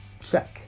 Check